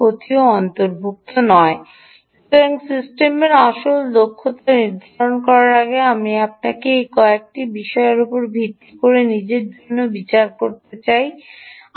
সুতরাং সিস্টেমের আসল দক্ষতা নির্ধারণ করার আগে আমি আপনাকে এই কয়েকটি বিষয়ের উপর ভিত্তি করে নিজের জন্য বিচার করতে দিই